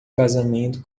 casamento